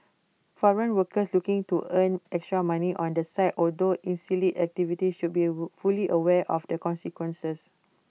foreign workers looking to earn extra money on the side although illicit activities should be A fully aware of the consequences